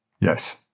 Yes